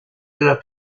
della